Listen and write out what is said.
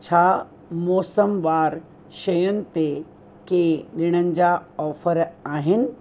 छा मौसमुवारु शयुनि ते के ॾिणनि जा ऑफर आहिनि